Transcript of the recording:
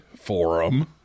forum